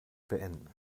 beenden